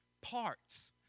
parts